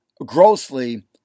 grossly